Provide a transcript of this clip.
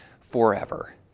forever